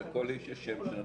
ואתם יודעים מה?